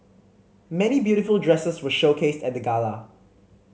many beautiful dresses were showcased at the gala